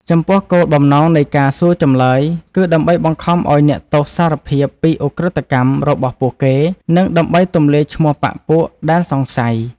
ចំពោះគោលបំណងនៃការសួរចម្លើយគឺដើម្បីបង្ខំឱ្យអ្នកទោសសារភាពពី "ឧក្រិដ្ឋកម្ម" របស់ពួកគេ និងដើម្បីទម្លាយឈ្មោះបក្ខពួកដែលសង្ស័យ។